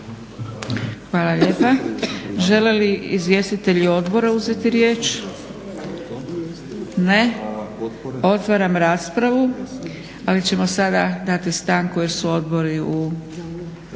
Hvala lijepa. Žele li izvjestitelji odbora uzeti riječ? Ne. Otvaram raspravu. Ali ćemo sada dati stanku jer su odbori u